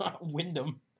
Wyndham